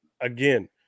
again